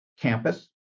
campus